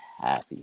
happy